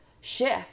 shift